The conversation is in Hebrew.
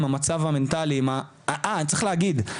המצב המנטלי --- אני צריך להגיד,